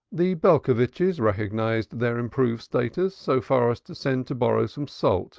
the belcovitches recognized their improved status so far as to send to borrow some salt